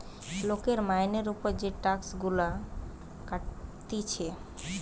লোকের মাইনের উপর যে টাক্স গুলা কাটতিছে